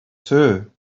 too